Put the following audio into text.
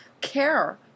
care